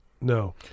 No